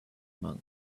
monk